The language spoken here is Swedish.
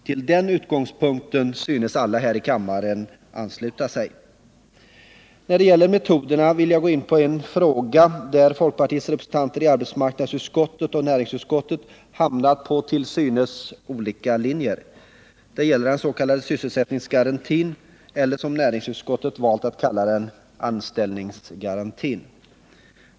Till den utgångspunkten synes alla här i kammaren ansluta sig. När det gäller metoderna vill jag gå in på en fråga, där folkpartiets representanter i arbetsmarknadsutskottet och näringsutskottet hamnat på till synes olika linjer. Det gäller den s.k. sysselsättningsgarantin eller, som näringsutskottet valt att kalla den, anställningsgarantin.